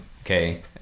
Okay